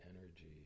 energy